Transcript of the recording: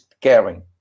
caring